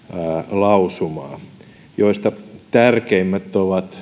lausumaa joista tärkeimmät